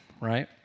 right